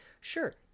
Sure